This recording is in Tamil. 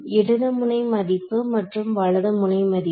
இடது முனை மதிப்பு மற்றும் வலது முனை மதிப்பு